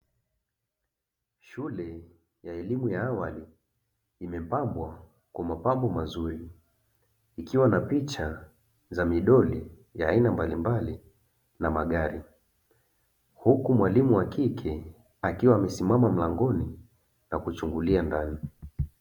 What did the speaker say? Shule ya elimu ya awali, imepambwa kwa mapambo mazuri, ikiwa na picha za midori ya aina mbalimbali na magari, huku mwalimu wa kike akiwa amesimama mlangoni na kuchungulia ndani.